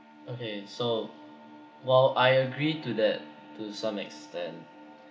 okay so while I agree to that to some extent